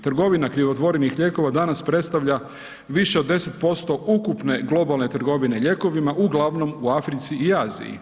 Trgovina krivotvorenih lijekova danas predstavlja više od 10% ukupne globalne trgovine lijekovima, uglavnom u Africi i Aziji.